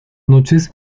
noches